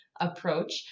approach